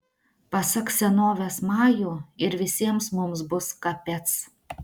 pasak senovės majų ir visiems mums bus kapec